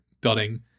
building